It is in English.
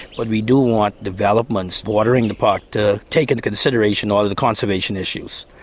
but we do want developments bordering the park to take into consideration all of the conservation issues.